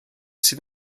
sydd